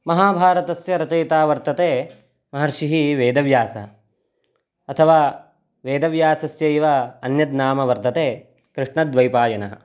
महाभारतस्य रचयिता वर्तते महर्षिः वेदव्यासः अथवा वेदव्यासस्यैव अन्यत् नाम वर्तते कृष्णद्वैपायनः